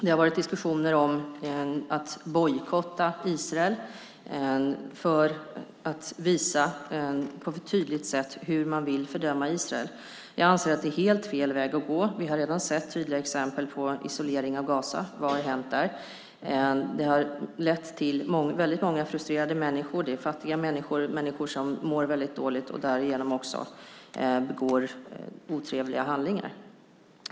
Det har varit diskussioner om att bojkotta Israel för att visa på ett tydligt sätt hur man vill fördöma Israel. Jag anser att det är helt fel väg att gå. Vi har redan sett tydliga exempel på isolering av Gaza. Vad har hänt där? Det har lett till väldigt många frustrerade människor, fattiga människor och människor som mår väldigt dåligt och därigenom också begår otrevliga handlingar.